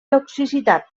toxicitat